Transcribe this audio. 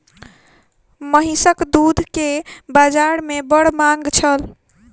महीसक दूध के बाजार में बड़ मांग छल